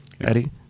Eddie